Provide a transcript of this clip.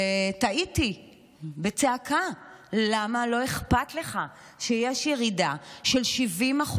ותהיתי בצעקה: למה לא אכפת לך שיש ירידה של 70%